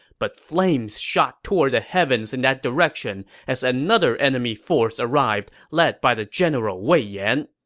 but flames shot toward the heavens in that direction as another enemy force arrived, led by the general wei yan.